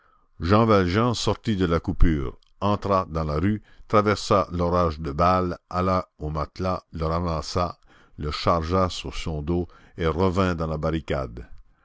jean valjean sortit de la coupure entra dans la rue traversa l'orage de balles alla au matelas le ramassa le chargea sur son dos et revint dans la barricade